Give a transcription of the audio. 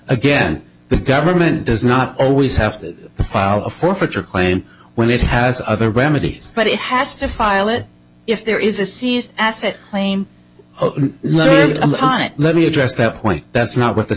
again the government does not always have to file a forfeiture claim when it has other remedies but it has to file it if there is a c s asset claim on it let me address that point that's not what the